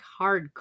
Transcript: hardcore